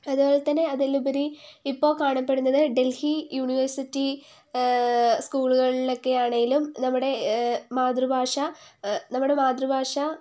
അതുപോലെ തന്നെ അതിലുപരി ഇപ്പോൾ കാണപ്പെടുന്നത് ഡൽഹി യൂണിവേഴ്സിറ്റി സ്കൂളുകളിലൊക്കെ ആണെങ്കിലും നമ്മുടെ മാതൃഭാഷ നമ്മുടെ മാതൃഭാഷ